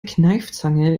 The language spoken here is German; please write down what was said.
kneifzange